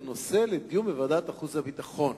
הנושא לדיון בוועדת החוץ והביטחון.